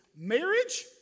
Marriage